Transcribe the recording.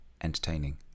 entertaining